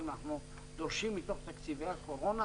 אבל אנחנו דורשים מתוך תקציבי הקורונה